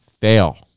fail